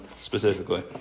specifically